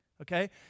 Okay